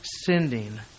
sending